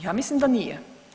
Ja mislim da nije.